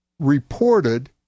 reported